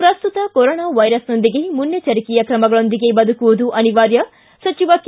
ಿ ಪ್ರಸ್ತುತ ಕೊರೊನಾ ವೈರಸ್ನೊಂದಿಗೆ ಮುನ್ನೆಚ್ಚರಿಕೆಯ ಕ್ರಮಗಳೊಂದಿಗೆ ಬದುಕುವುದು ಅನಿವಾರ್ಯ ಸಚಿವ ಕೆ